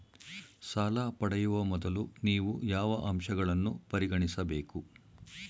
ಸಾಲ ಪಡೆಯುವ ಮೊದಲು ನೀವು ಯಾವ ಅಂಶಗಳನ್ನು ಪರಿಗಣಿಸಬೇಕು?